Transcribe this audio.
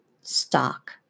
stock